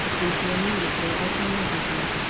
and he immediately outmanoeuvred her.